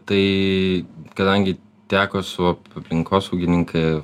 tai kadangi teko su aplinkosaugininkai